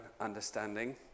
understanding